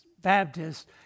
Baptists